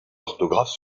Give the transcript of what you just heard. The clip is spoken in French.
orthographe